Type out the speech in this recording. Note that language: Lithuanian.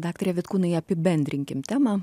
daktare vitkūnai apibendrinkim temą